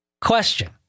Question